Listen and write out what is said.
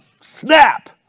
snap